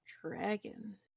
Dragon